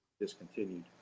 discontinued